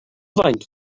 faint